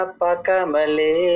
pakamale